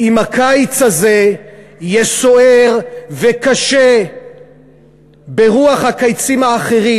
אם הקיץ הזה יהיה סוער וקשה ברוח הקייצים האחרים,